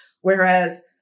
Whereas